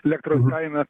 elektros kaina